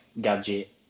gadget